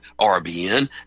RBN